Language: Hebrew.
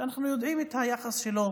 אנחנו יודעים את היחס שלו